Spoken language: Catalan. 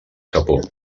capó